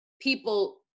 people